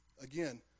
again